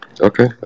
Okay